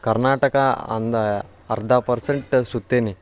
ಕರ್ನಾಟಕ ಅಂದ ಅರ್ಧ ಪರ್ಸೆಂಟ್ ಸುತ್ತೀನಿ